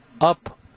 up